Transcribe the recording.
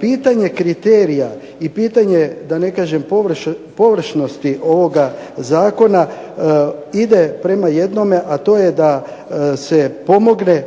pitanje kriterija i pitanje da ne kažem površnosti ovoga zakona ide prema jednome, a to je da se pomogne